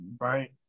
Right